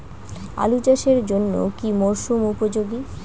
আলু চাষের জন্য কি মরসুম উপযোগী?